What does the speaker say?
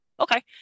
okay